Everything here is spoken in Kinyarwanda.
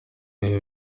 bihe